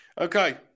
Okay